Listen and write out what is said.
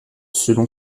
selon